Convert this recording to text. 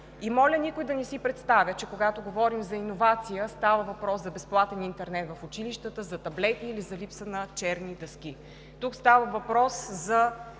Моля никой да не си представя, че, когато говорим за иновация, става въпрос за безплатен интернет в училищата, таблети или липса на черни дъски. Тук става въпрос за